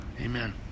Amen